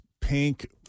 pink